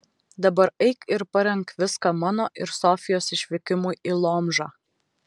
dabar eik ir parenk viską mano ir sofijos išvykimui į lomžą